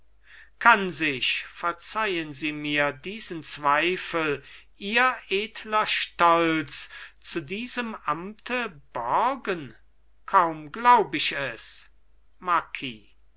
kann sich verzeihen sie mir diesen zweifel ihr edler stolz zu diesem amte borgen kaum glaub ich es